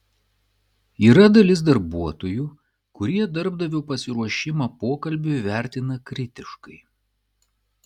yra dalis darbuotojų kurie darbdavio pasiruošimą pokalbiui vertina kritiškai